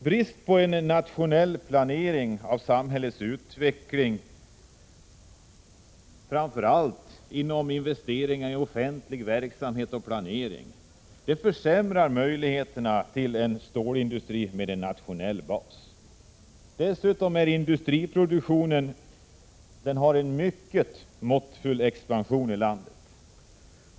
Brist på en nationell planering av samhällets utveckling, framför allt för investeringar i offentlig verksamhet, försämrar möjligheterna till en stålindustri med en nationell bas. Dessutom är industriproduktionens expansion i landet mycket måttfull.